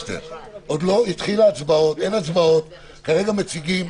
הצבעות, אין הצבעות, כרגע מציגים.